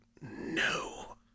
no